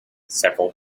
several